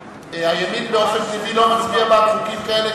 הימין באופן טבעי לא מצביע בעד חוקים כאלה,